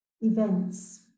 events